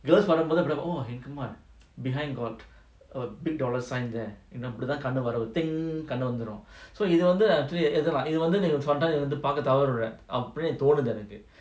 பார்க்கும்போது:parkumpothu oh !hey! come on behind got a big dollar sign there you know இப்படித்தான்கன்னுவரும்:ipdithan kannu varum கண்ணுவந்துடும்:kannu vandhudum so இதுவந்து:idhu vandhu actually பார்க்கதவறவிட்ரஅப்டினுதோணுதுஎனக்கு:parka thavara vidra apdinu thonuthu enaku